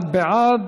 51 בעד,